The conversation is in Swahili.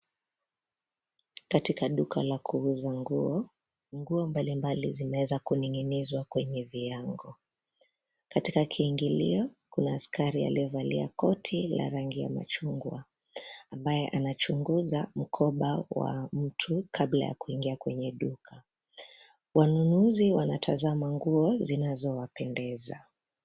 Katika duka la kuuza nguo, nguo mbali mbali zimeweza kuningi'niswa kwenye viango, katika kiongilio kuna askari aliyevalia koti la rangi majungwa ambaye anachunguza mkopa wa mtu kabla kuingia kwenye duka, wanunuzi wanatazama nguo zinazowapendeza.